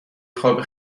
خواب